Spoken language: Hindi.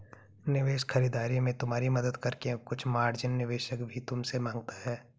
निवेश खरीदारी में तुम्हारी मदद करके कुछ मार्जिन निवेशक भी तुमसे माँगता है